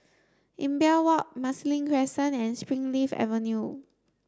Imbiah Walk Marsiling Crescent and Springleaf Avenue